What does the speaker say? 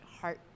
heart